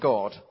God